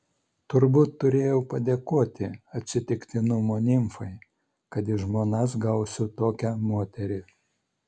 turbūt turėjau padėkoti atsitiktinumo nimfai kad į žmonas gausiu tokią moterį